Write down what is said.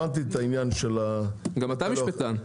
הבנתי את העניין של ה --- גם אתה משפטן.